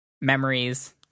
Memories